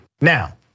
Now